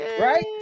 Right